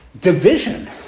division